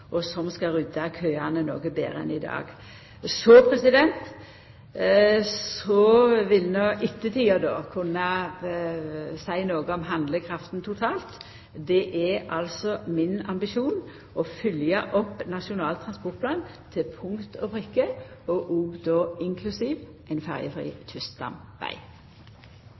og som skal rydda køane noko betre enn i dag. Så vil ettertida kunna seia noko om handlekrafta totalt. Det er altså min ambisjon å følgja opp Nasjonal transportplan til punkt og prikke, inklusiv ein ferjefri